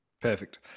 Perfect